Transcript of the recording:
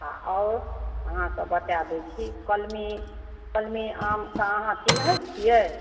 आओर अहाँके बता दै छी कलमी आमके अहाँ चिन्है छिए